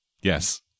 Yes